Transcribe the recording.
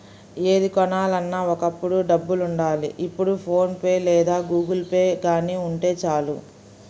ఏది కొనాలన్నా ఒకప్పుడు డబ్బులుండాలి ఇప్పుడు ఫోన్ పే లేదా గుగుల్పే గానీ ఉంటే చాలు